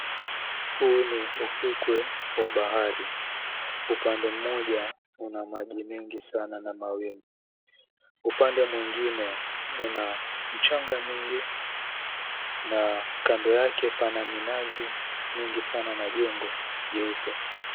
Huu ni ufukwe wa bahari. Upande mmoja, kuna maji mengi sana na mawimbi. Upande mwengine una michanga mingi na kando yake pana minazi mengi sana na jengo jeupe.